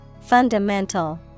fundamental